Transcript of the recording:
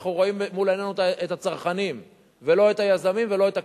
אנחנו רואים מול עינינו את הצרכנים ולא את היזמים ולא את הקבלנים.